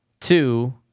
Two